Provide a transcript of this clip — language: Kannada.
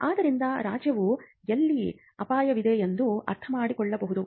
ಆದ್ದರಿಂದ ರಾಜ್ಯವು ಎಲ್ಲಿ ಅಪಾಯವಿದೆ ಎಂದು ಅರ್ಥಮಾಡಿಕೊಳ್ಳಬಹುದು